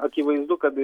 akivaizdu kad